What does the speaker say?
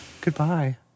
goodbye